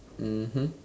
mmhmm